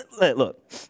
Look